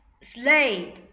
Slay